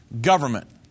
government